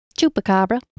Chupacabra